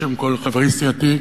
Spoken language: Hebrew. בשם כל חברי סיעתי,